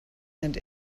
and